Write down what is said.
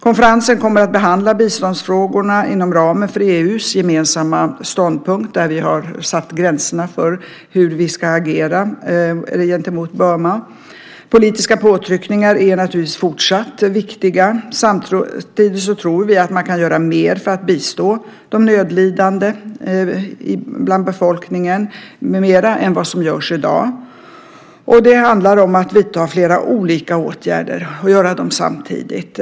Konferensen kommer att behandla biståndsfrågorna inom ramen för EU:s gemensamma ståndpunkt där vi har satt gränserna för hur vi ska agera gentemot Burma. Politiska påtryckningar är naturligtvis fortsatt viktiga. Samtidigt tror vi att man kan göra mer än vad som görs i dag för att bistå de nödlidande bland befolkningen. Det handlar om att vidta flera olika åtgärder och att göra det samtidigt.